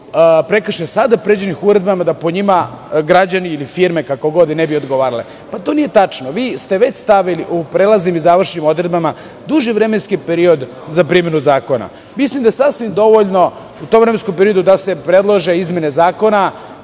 prekršaja sada predviđen uredbama, da po njima građani ili firme, kako god, ne bi odgovarale. To nije tačno, vi ste već stavili u prelaznim i završnim odredbama duži vremenski period za primenu zakona. Mislim da je sasvim dovoljno u tom vremenskom periodu da se predlože izmene zakona